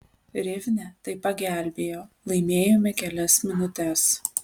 rivne tai pagelbėjo laimėjome kelias minutes